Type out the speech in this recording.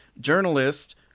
journalist